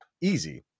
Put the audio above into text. easy